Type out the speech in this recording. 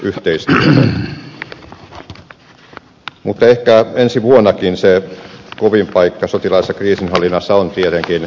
mutta ehkä ensi vuonnakin se kovin paikka sotilaallisessa kriisinhallinnassa on tietenkin afganistan